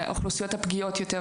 האוכלוסיות הפגיעות יותר,